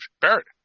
Barrett